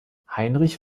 heinrich